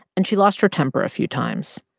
and she lost her temper a few times.